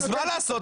אז מה לעשות.